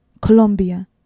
Colombia